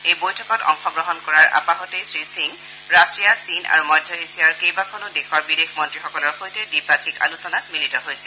এই বৈঠকত অংশগ্ৰহণ কৰাৰ আপাহতে শ্ৰীসিং ৰাছিয়া চীন আৰু মধ্য এছীয়াৰ কেইবাখনো দেশৰ বিদেশ মন্ত্ৰীসকলৰ সৈতে দ্বিপাক্ষিক আলোচনাত মিলিত হৈছিল